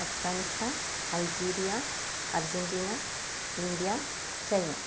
Afghanistan Algeria Argentina India China